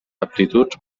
aptituds